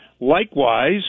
Likewise